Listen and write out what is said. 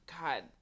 God